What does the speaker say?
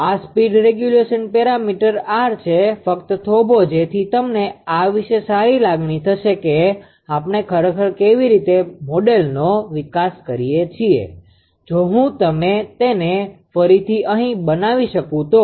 આ speed regulation parameter R છે ફક્ત થોભો જેથી તમને આ વિશે સારી લાગણી થશે કે આપણે ખરેખર કેવી રીતે મોડેલનો વિકાસ કરીએ છીએ જો હું તેને ફરીથી અહીં બનાવી શકું તો